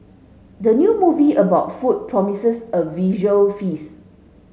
the new movie about food promises a visual feast